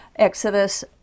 Exodus